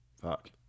Fuck